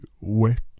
wet